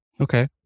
Okay